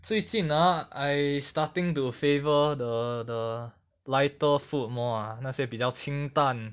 最近 ah I starting to favor the the lighter food more ah 那些比较清淡